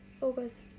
August